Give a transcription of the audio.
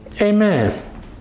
Amen